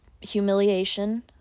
humiliation